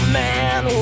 man